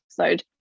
episode